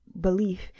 belief